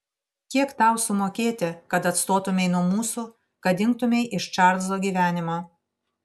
kiek tau sumokėti kad atstotumei nuo mūsų kad dingtumei iš čarlzo gyvenimo